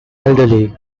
elderly